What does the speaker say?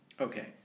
Okay